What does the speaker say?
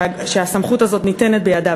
שהסמכות הזאת ניתנת בידיו,